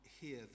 hear